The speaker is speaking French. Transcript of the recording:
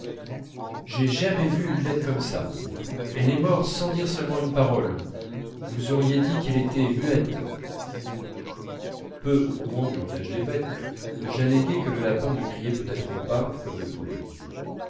j'ai jamais vu une bête comme ça elle est morte sans dire seulement une parole vous auriez dit qu'elle était muette peu au courant du langage des bêtes j'alléguai que le lapin ne criait peut-être pas comme le poulet